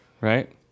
Right